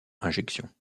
injection